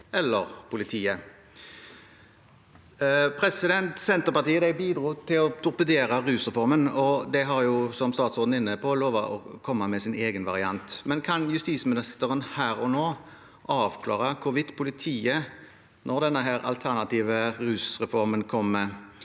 eller politiet. Senterpartiet bidro til å torpedere rusreformen, og de har, som statsråden er inne på, lovet å komme med sin egen variant. Kan justisministeren her og nå avklare hvorvidt det når denne alternative rusreformen kommer